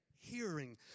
hearing